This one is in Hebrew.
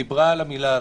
דיברה על המילה הזאת,